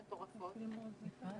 סיום